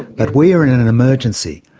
but we are in an emergency,